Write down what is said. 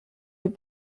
have